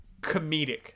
comedic